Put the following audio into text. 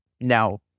now